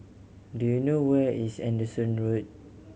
do you know where is Anderson Road